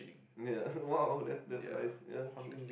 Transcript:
ya !wow! that's that's nice ya true